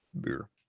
beer